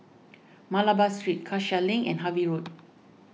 Malabar Street Cassia Link and Harvey Road